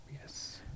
Yes